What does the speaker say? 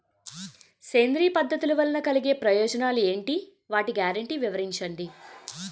సేంద్రీయ పద్ధతుల వలన కలిగే ప్రయోజనాలు ఎంటి? వాటి గ్యారంటీ వివరించండి?